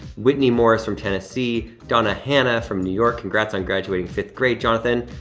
whitney morris from tennessee. donna hannah from new york, congrats on graduating fifth grade, jonathan.